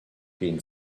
being